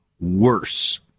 worse